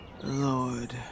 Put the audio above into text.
Lord